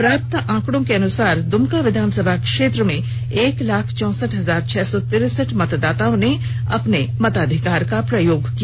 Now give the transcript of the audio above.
प्राप्त आंकड़ों के अनुसार दुमका विधानसभा क्षेत्र में एक लाख चौंसठ हजार छह सौ तिरसठ मतदाताओं ने अपने मत का प्रयोग किया